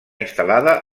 instal·lada